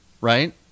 right